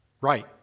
right